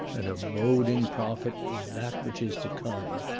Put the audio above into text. and a boding prophet of that which is to come.